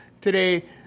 today